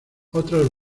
otras